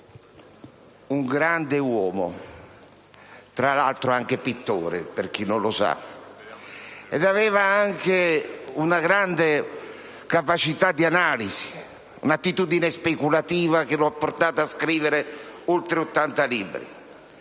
Un grande uomo, tra l'altro anche pittore, per chi non lo sapesse. Aveva una grande capacità di analisi, un'attitudine speculativa che lo ha portato a scrivere oltre 80 libri